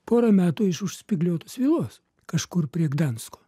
pora metų iš už spygliuotos vielos kažkur prie gdansko